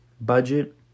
budget